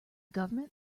government